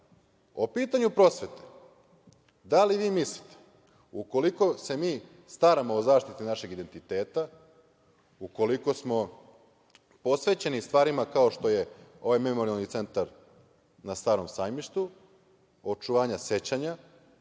pitanju prosvete – da li vi mislite, ukoliko se mi staramo o zaštiti našeg identiteta, ukoliko smo posvećeni stvarima kao što je ovaj Memorijalni centar na Starom sajmištu, očuvanja sećanja